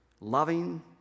loving